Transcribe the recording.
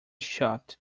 shot